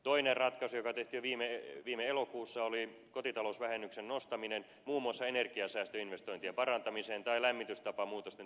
toinen ratkaisu joka tehtiin jo viime elokuussa oli kotitalousvähennyksen nostaminen muun muassa energiasäästöinvestointien parantamiseen tai lämmitystapamuutosten tekemiseen